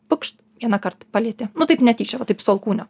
pukšt vieną kart palietė nu taip netyčia va taip su alkūne